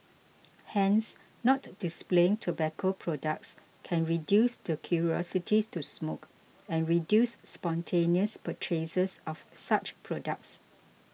hence not displaying tobacco products can reduce the curiosities to smoke and reduce spontaneous purchases of such products